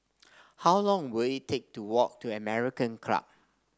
how long will it take to walk to American Club